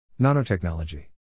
Nanotechnology